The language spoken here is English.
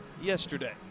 yesterday